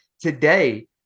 Today